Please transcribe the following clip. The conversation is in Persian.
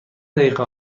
دقیقه